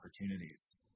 opportunities